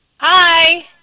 Hi